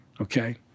okay